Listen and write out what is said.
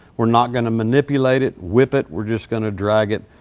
we're not gonna manipulate it, whip it. we're just gonna drag it.